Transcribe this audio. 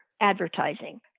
advertising